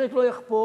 פרק "לא יחפור",